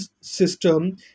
system